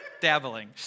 dabbling